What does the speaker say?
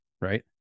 right